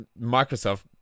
Microsoft